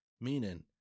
Meaning